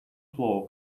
floor